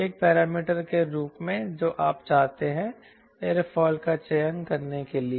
एक पैरामीटर के रूप में जो आप चाहते हैं एयरफॉइल का चयन करने के लिए